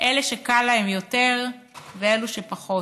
אלה שקל להם יותר ואלו שפחות.